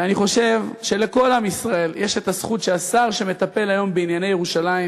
ואני חושב שלכל עם ישראל יש הזכות שהשר שמטפל היום בענייני ירושלים